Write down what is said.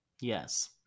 Yes